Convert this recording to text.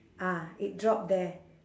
ah it drop there